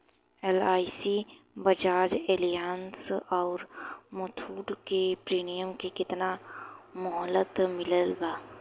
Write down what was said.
LIC Bajaj Allianz आउर मुथूट के premium के केतना मुहलत मिलल बा?